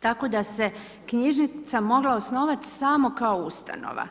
tako da se knjižnica mogla osnovati samo kao ustanova.